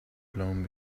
blown